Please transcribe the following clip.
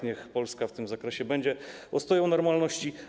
Niech Polska w tym zakresie będzie ostoją normalności.